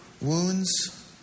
wounds